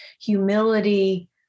humility